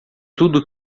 tudo